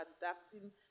adapting